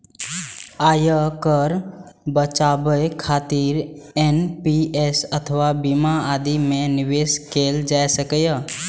आयकर बचाबै खातिर एन.पी.एस अथवा बीमा आदि मे निवेश कैल जा सकैए